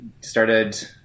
started